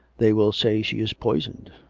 they will say she is poisoned,